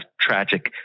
tragic